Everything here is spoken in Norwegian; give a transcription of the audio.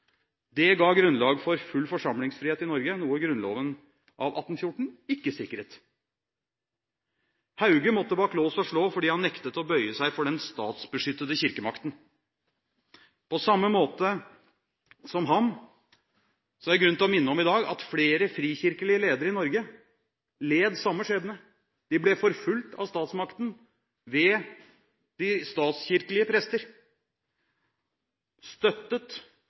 Det ga grunnlag for full forsamlingsfrihet i Norge, noe Grunnloven av 1814 ikke sikret. Hauge måtte bak lås og slå fordi han nektet å bøye seg for den statsbeskyttede kirkemakten. Det er grunn til å minne om i dag at flere frikirkelige ledere i Norge led samme skjebne. De ble forfulgt av statsmakten ved de statskirkelige prester støttet